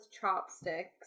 chopsticks